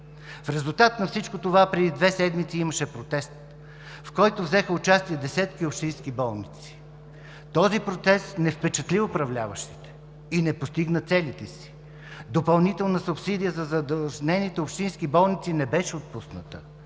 В резултат на всичко това преди две седмици имаше протест, в който взеха участие десетки общински болници. Този протест не впечатли управляващите и не постигна целите си. Допълнителна субсидия за задлъжнелите общински болници не беше отпусната,